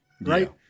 Right